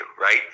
right